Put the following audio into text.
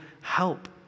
help